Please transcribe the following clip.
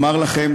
אומר לכם,